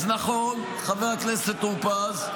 אז נכון, חבר הכנסת טור פז,